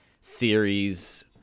Series